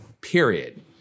period